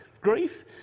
grief